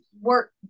work